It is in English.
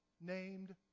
named